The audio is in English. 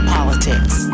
Politics